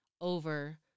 over